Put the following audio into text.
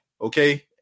okay